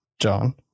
John